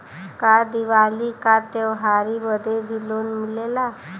का दिवाली का त्योहारी बदे भी लोन मिलेला?